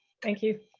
thank you.